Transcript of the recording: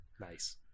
Nice